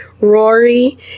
Rory